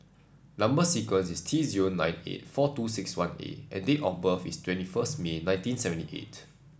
number sequence is T zero nine eight four two six one A and date of birth is twenty first May nineteen seventy eight